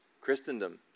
Christendom